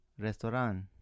restaurant